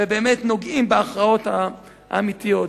ובאמת נוגעים בהכרעות האמיתיות.